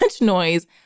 noise